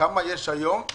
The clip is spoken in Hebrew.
כמה יש היום?